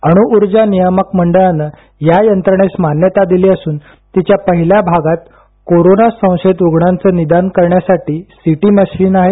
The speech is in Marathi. अणूऊर्जा नियामक मंडळानं या यंत्रणेस मान्यता दिली असून तिच्या पहिल्या भागात कोरोना संशयित रुग्णांचं निदान करण्यासाठी सीटी मशीन आहे